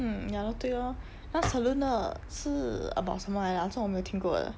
hmm ya lor 对 lor 那个 salon 是 about 什么来的 ah 做么我没听过的